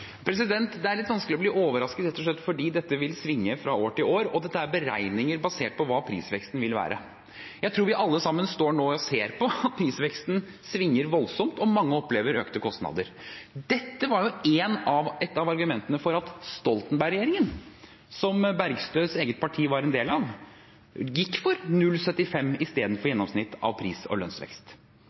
Det er litt vanskelig å bli overrasket, rett og slett fordi dette vil svinge fra år til år, og dette er beregninger basert på hva prisveksten vil være. Jeg tror vi alle sammen nå står og ser på at prisveksten svinger voldsomt, og mange opplever økte kostnader. Dette var jo et av argumentene for at Stoltenberg-regjeringen, som Bergstøs eget parti var en del av, gikk for 0,75 pst. istedenfor gjennomsnitt av pris- og lønnsvekst.